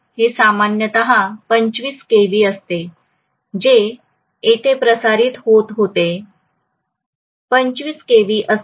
हे सामान्यत 25 केव्ही असते जे तेथे प्रसारित होते 25 केव्ही असते